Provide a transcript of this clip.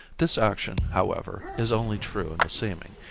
this action, however, is only true in the seeming,